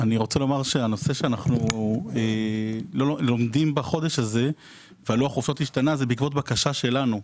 אנחנו לומדים בחודש הזה ולוח החופשות השתנה בעקבות בקשה שלנו.